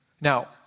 Now